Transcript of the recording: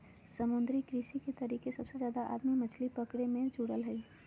समुद्री कृषि के तरीके सबसे जादे आदमी मछली पकड़े मे जुड़ल हइ